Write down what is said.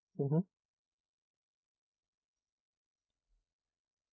mmhmm